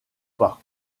pas